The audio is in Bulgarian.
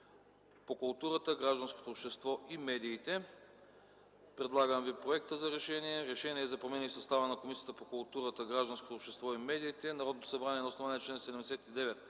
по културата, гражданското общество и медиите. Представям Ви Проект на: „РЕШЕНИЕ за промени в състава на Комисията по културата, гражданското общество и медиите Народното събрание на основание чл. 79,